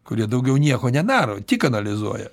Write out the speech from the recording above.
kurie daugiau nieko nedaro tik analizuoja